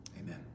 Amen